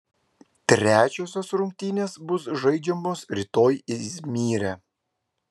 trečiosios rungtynės bus žaidžiamos rytoj izmyre